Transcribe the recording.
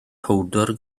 powdr